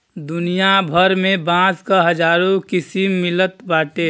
दुनिया भर में बांस क हजारो किसिम मिलत बाटे